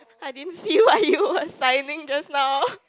I didn't see what you were signing just now